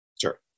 Sure